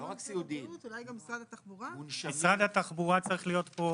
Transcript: אנחנו נקבל,